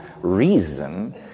reason